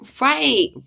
Right